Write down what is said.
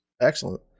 Excellent